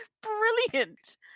brilliant